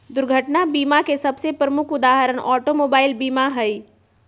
दुर्घटना बीमा के सबसे प्रमुख उदाहरण ऑटोमोबाइल बीमा हइ